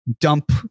dump